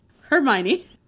Hermione